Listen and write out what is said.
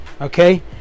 okay